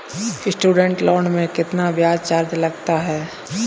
Student loan में कितना ब्याज चार्ज करते हैं?